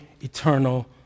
eternal